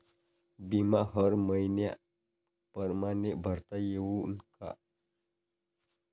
बिमा हर मइन्या परमाने भरता येऊन का?